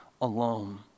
alone